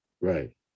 Right